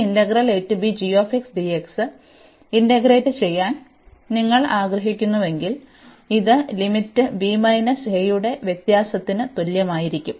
അതിനാൽ ഈ ഇന്റഗ്രേറ്റ് ചെയ്യാൻ നിങ്ങൾ ആഗ്രഹിക്കുന്നുവെങ്കിൽ ഇത് ലിമിറ്റ് യുടെ വ്യത്യാസത്തിന് തുല്യമായിരിക്കും